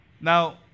Now